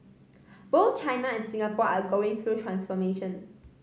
both China and Singapore are going through transformation